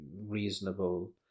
reasonable